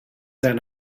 than